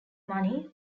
money